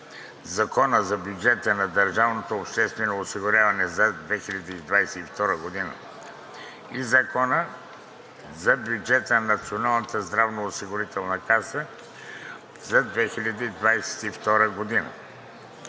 Закона за бюджета на държавното обществено осигуряване за 2022 г. и Закона за бюджета на Националната здравноосигурителна каса за 2022 г.,